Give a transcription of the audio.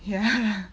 ya